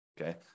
Okay